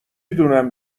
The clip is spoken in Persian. دونم